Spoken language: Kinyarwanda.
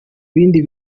bindi